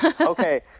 okay